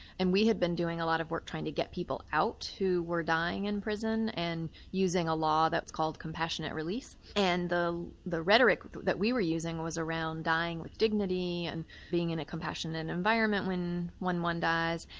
and we had been doing a lot of work trying to get people out who were dying in prison, and using a law that's called compassionate release, and the the rhetoric that we were using was around dying with dignity, and being in a compassionate environment when one one dies,